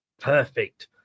perfect